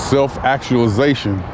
Self-actualization